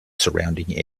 surrounding